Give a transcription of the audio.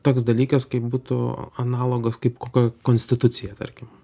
toks dalykas kaip būtų analogas kaip kokia konstitucija tarkim